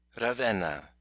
Ravenna